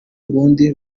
burundi